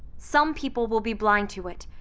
some people will be blind to it.